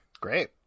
Great